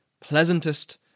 pleasantest